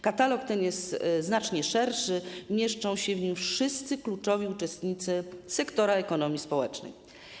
Katalog ten jest znacznie szerszy, mieszczą się w nim wszyscy kluczowi uczestnicy sektora ekonomii społecznej.